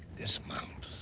dis-mount.